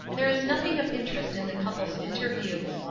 there is nothing of interest in the couple's interview.